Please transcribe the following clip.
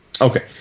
Okay